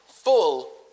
Full